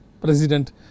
President